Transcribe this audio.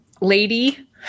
lady